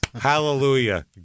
Hallelujah